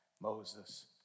Moses